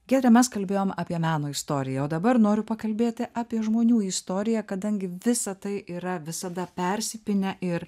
giedre mes kalbėjom apie meno istoriją o dabar noriu pakalbėti apie žmonių istoriją kadangi visa tai yra visada persipynę ir